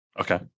okay